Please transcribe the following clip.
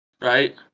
Right